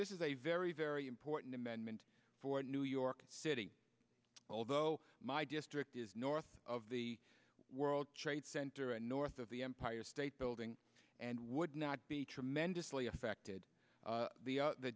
this is a very very important amendment for new york city although my district is north of the world trade center and north of the empire state building and would not be tremendously affected the